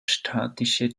statische